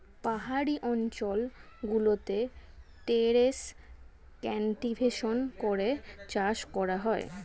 পাহাড়ি অঞ্চল গুলোতে টেরেস কাল্টিভেশন করে চাষ করা হয়